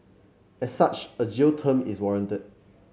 as such a jail term is warranted